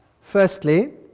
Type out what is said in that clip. firstly